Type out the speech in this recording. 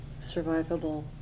survivable